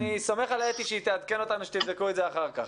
אני סומך על אתי שהיא תעדכן אותנו כשתבדקו את זה אחר כך.